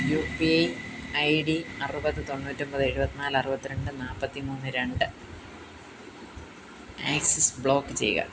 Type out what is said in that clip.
U P I I D അറുപത് തൊണ്ണൂറ്റൊമ്പത് എഴുപത്തിനാല് അറുപത്തിരണ്ട് നാൽപ്പത്തിമൂന്ന് രണ്ട് ആക്സിസ് ബ്ലോക്ക് ചെയ്യുക